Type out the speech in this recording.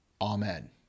Amen